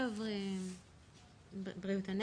בריאות הנפש.